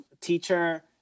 teacher